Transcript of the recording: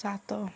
ସାତ